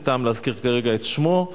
אין טעם להזכיר כרגע את שמו,